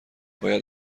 باید